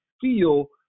feel